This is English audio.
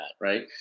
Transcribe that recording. right